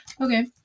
okay